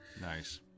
Nice